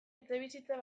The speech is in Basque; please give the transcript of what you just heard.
etxebizitza